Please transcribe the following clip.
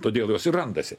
todėl jos ir randasi